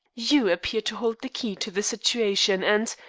you appear to hold the key to the situation and,